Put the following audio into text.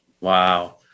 Wow